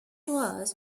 was